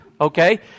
Okay